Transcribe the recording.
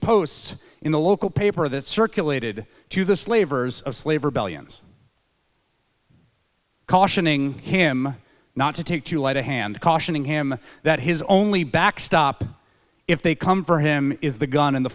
posts in the local paper that circulated to the slavers of slave rebellion cautioning him not to take to light a hand cautioning him that his only backstop if they come for him is the gun and the